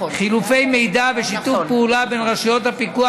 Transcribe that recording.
חילופי מידע ושיתוף פעולה בין רשויות הפיקוח